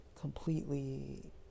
completely